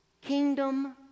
Kingdom